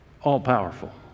all-powerful